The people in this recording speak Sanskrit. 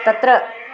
तत्र